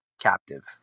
captive